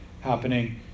happening